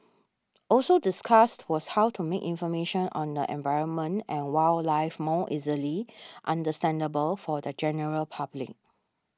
also discussed was how to make information on the environment and wildlife more easily understandable for the general public